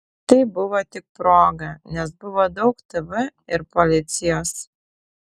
tai buvo tik proga nes buvo daug tv ir policijos